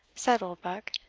said oldbuck.